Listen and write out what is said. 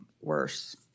worse